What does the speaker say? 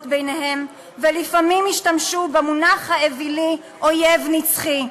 ביניהם ולפעמים השתמשו במונח האווילי 'אויב נצחי'.